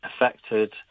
affected